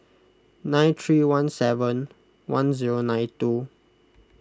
nine three one seven one zero nine two